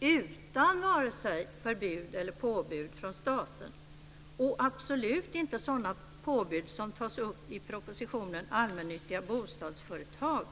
utan vare sig förbud eller påbud från staten - och absolut inte sådana påbud som tas upp i propositionen om allmännyttiga bostadsföretag!